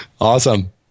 Awesome